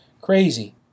Crazy